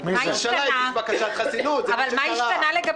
מה השתנה?